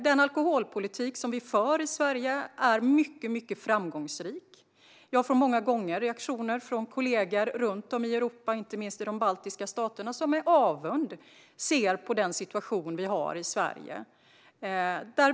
Den alkoholpolitik som vi för i Sverige är mycket framgångsrik. Jag får många gånger reaktioner från kollegor runt om i Europa, inte minst i de baltiska staterna, som med avund ser på den situation vi har i Sverige.